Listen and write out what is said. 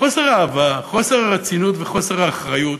חוסר אהבה, חוסר רצינות וחוסר אחריות,